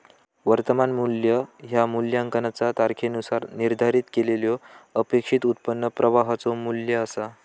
वर्तमान मू्ल्य ह्या मूल्यांकनाचा तारखेनुसार निर्धारित केलेल्यो अपेक्षित उत्पन्न प्रवाहाचो मू्ल्य असा